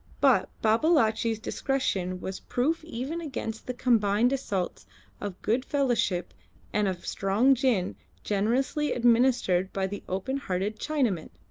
but babalatchi's discretion was proof even against the combined assaults of good fellowship and of strong gin generously administered by the open hearted chinaman.